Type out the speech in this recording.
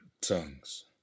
tongues